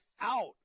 out